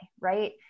right